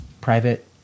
private